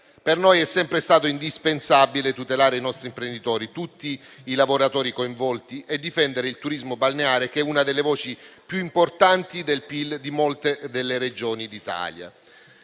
Per noi è sempre stato indispensabile tutelare i nostri imprenditori, tutti i lavoratori coinvolti e difendere il turismo balneare, che una delle voci più importanti del PIL di molte delle Regioni d'Italia.